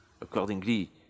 Accordingly